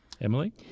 Emily